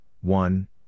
one